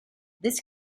this